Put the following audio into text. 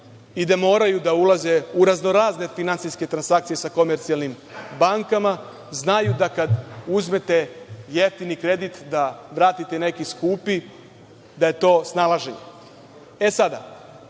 i da moraju ulaze u razno-razne finansijske transakcije sa komercijalnim bankama, znaju da kada uzmete jeftini kredit da vratite neki skupi, da je to snalaženje. Pitam